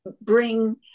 bring